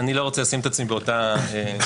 אני לא רוצה לשים את עצמי באותה משפחה,